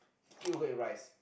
yogurt with rice